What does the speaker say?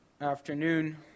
afternoon